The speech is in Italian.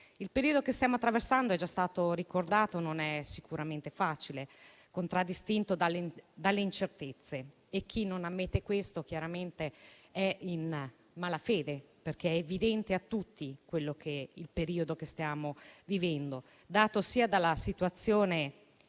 Il periodo che stiamo attraversando - come è già stato ricordato - non è sicuramente facile ed è contraddistinto dalle incertezze. Chi non ammette questo è chiaramente in malafede, perché è evidente a tutti il periodo che stiamo vivendo, caratterizzato sia dalla situazione